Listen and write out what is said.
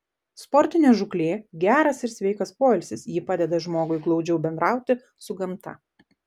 sportinė žūklė geras ir sveikas poilsis ji padeda žmogui glaudžiau bendrauti su gamta